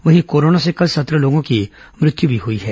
वहीं कोरोना से कल सत्रह लोगों की मृत्यु भी हुई है